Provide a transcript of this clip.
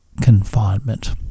Confinement